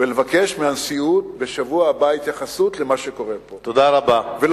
ולבקש מהנשיאות התייחסות בשבוע הבא למה שקורה פה.